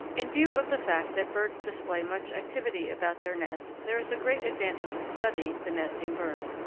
in view of the fact that birds display much activity about their nests there is a great advantage in studying the nesting bird.